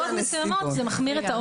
בנסיבות מסוימות זה מחמיר את העונש.